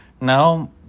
now